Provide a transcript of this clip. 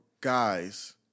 guys